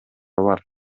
бар